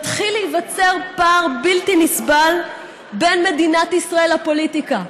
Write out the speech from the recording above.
מתחיל להיווצר פער בלתי נסבל בין מדינת ישראל לפוליטיקה.